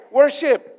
worship